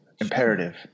imperative